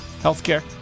healthcare